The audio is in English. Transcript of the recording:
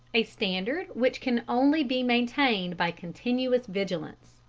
a standard which can only be maintained by continuous vigilance.